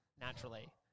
naturally